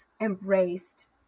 embraced